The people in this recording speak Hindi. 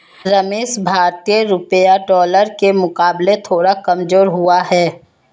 रमेश भारतीय रुपया डॉलर के मुकाबले थोड़ा कमजोर हुआ है